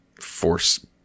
force